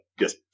yes